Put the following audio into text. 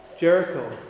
Jericho